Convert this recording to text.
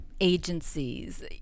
agencies